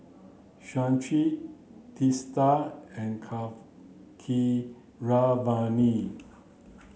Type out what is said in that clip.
Shashi Teesta and